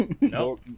No